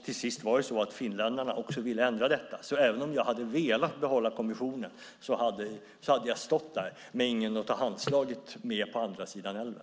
Till sist var det så att finländarna också ville ändra detta. Även om jag hade velat behålla kommissionen hade jag alltså stått där utan att ha någon att göra ett handslag med på andra sidan älven.